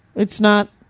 it's not,